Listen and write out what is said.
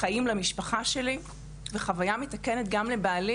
חיים למשפחה שלי וחוויה מתקנת גם לבעלי,